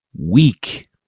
weak